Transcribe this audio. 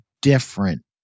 different